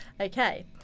Okay